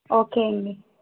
okay అండి